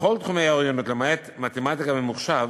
בכל תחומי האוריינות, למעט מתמטיקה, ממוחשב,